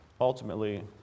ultimately